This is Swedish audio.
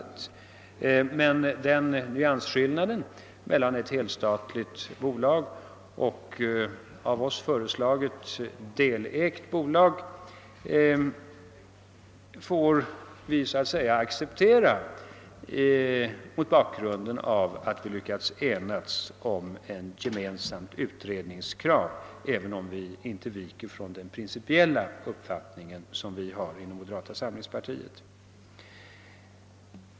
Men denna nyansskillnad mellan ett helstatligt bolag och av oss föreslaget delägt bolag får vi acceptera mot bakgrunden av att vi lyckats ena oss om ett gemensamt utredningskrav, även om vi inte viker från den principiella uppfattning som vi har inom moderata samlingspartiet.